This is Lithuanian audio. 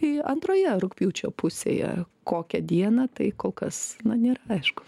į antroje rugpjūčio pusėje kokią dieną tai kol kas nėra aišku